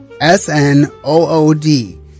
S-N-O-O-D